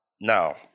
Now